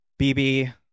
BB